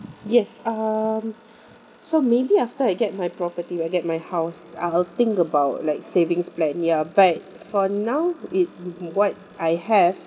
yes um so maybe after I get my property when I get my house I'll think about like savings plan ya but for now it what I have